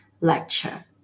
lecture